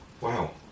wow